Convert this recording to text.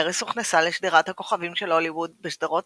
איירס הוכנסה לשדרת הכוכבים של הוליווד בשדרות